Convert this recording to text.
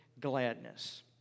gladness